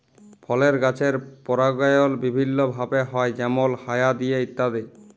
ফলের গাছের পরাগায়ল বিভিল্য ভাবে হ্যয় যেমল হায়া দিয়ে ইত্যাদি